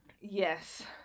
Yes